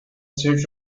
search